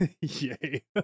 Yay